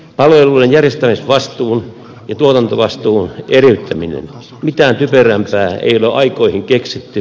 palveluiden järjestämisvastuun ja tuotantovastuun eriyttäminen mitään typerämpää ei ole aikoihin keksitty